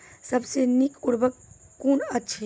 सबसे नीक उर्वरक कून अछि?